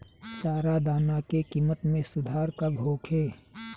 चारा दाना के किमत में सुधार कब होखे?